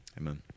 amen